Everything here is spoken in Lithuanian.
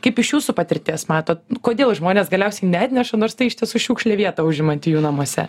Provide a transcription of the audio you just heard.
kaip iš jūsų patirties mato kodėl žmonės galiausiai neatneša nors tai iš tiesų šiukšlė vietą užimanti jų namuose